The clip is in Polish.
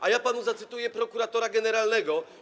A ja panu zacytuję prokuratora generalnego.